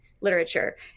literature